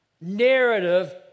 narrative